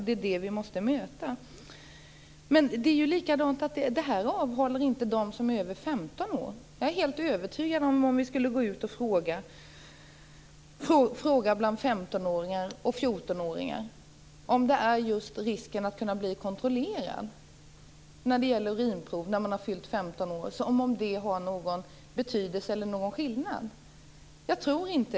Det är dem vi måste möta. Detta avhåller heller inte dem som är över 15 år. Jag är helt övertygad om vad svaret skulle bli om vi skulle gå ut och fråga bland 14 och 15-åringar. Jag tror inte att risken att bli kontrollerad med urinprov när man har fyllt 15 år har någon betydelse eller gör någon skillnad.